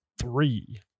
three